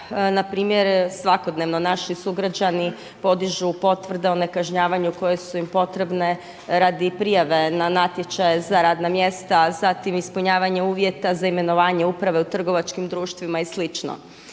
na primjer svakodnevno naši sugrađani podižu potvrde o nekažnjavanju koje su im potrebne radi prijave na natječaje za radna mjesta, zatim ispunjavanje uvjeta za imenovanje uprave u trgovačkim društvima i